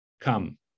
come